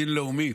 הבין-לאומית,